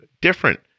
different